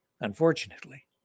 Unfortunately